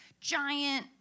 giant